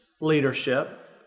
leadership